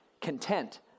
content